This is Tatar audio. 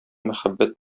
мәхәббәт